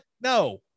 No